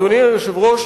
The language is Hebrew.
אדוני היושב-ראש,